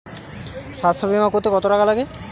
স্বাস্থ্যবীমা করতে কত টাকা লাগে?